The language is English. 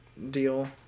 deal